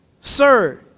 Sir